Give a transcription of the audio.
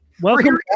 Welcome